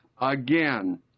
again